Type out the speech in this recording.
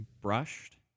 brushed